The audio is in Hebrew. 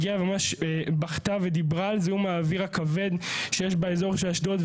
הגיעה ממש בכתה ודיברה על זיהום האוויר הכבד שיש באזור של אשדוד.